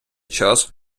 час